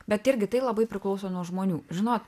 bet irgi tai labai priklauso nuo žmonių žinot